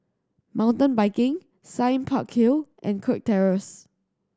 Mountain Biking Sime Park Hill and Kirk Terrace